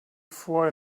for